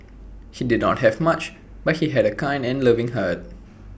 he did not have much but he had A kind and loving heart